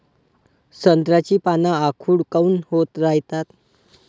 संत्र्याची पान आखूड काऊन होत रायतात?